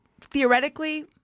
theoretically